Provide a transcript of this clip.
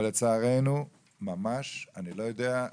אני ממש לא יודע,